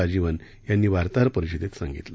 राजीवन् यांनी वार्ताहर परिषदेत सांगितलं